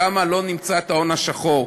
שם לא נמצא את ההון השחור,